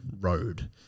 road